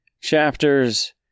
chapters